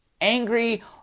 Angry